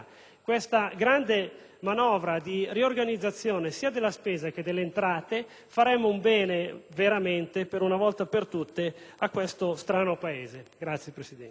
questa grande manovra di riorganizzazione sia della spesa che delle entrate, faremmo veramente bene, una volta per tutte, a questo strano Paese. *(Applausi del